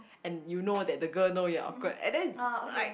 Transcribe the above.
and you know that the girl know you're awkward and then it's like